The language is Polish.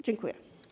Dziękuję.